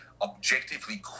objectively